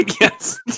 Yes